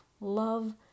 Love